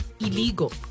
illegal